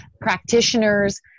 practitioners